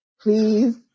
Please